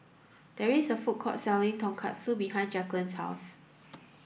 there is a food court selling Tonkatsu behind Jacklyn's house